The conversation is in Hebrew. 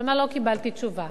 כלומר לא קיבלתי תשובה.